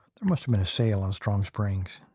there must have been a sale on strong springs.